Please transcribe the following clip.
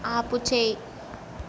ఆపుచేయి